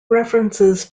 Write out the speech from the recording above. references